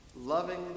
loving